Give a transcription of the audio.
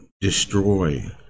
destroy